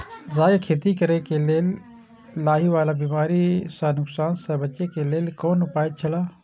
राय के खेती करे के लेल लाहि वाला बिमारी स नुकसान स बचे के लेल कोन उपाय छला?